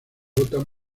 votan